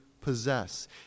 possess